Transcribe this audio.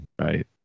Right